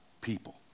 people